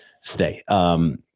stay